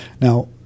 Now